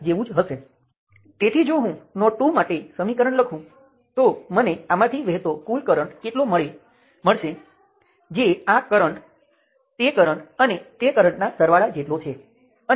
ચાલો હું આને 1 2 3 4 5 અને 6 પણ નામ આપું